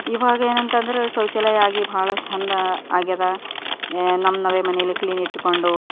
ಇವಾಗ ಏನಂತಂದರೆ ಶೌಚಾಲಯ ಆಗಿ ಬಹಳ ಚೆಂದ ಆಗ್ಯದ ನಮ್ಮ ನಮ್ಮ ಮನೆಯಲ್ಲೇ ಕ್ಲೀನ್ ಇಟ್ಟುಕೊಂಡು